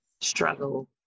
struggle